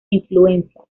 influencias